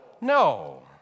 No